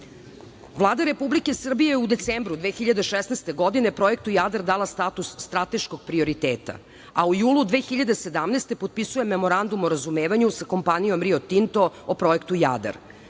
Republike Srbije je u decembru 2016. godine projektu „Jadar“ dala status strateškog prioriteta, a u julu 2017. potpisuje Memorandum o razumevanju sa kompanijom Rio Tinto o projektu „Jadar“.